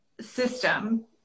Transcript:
system